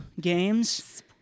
games